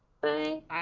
Bye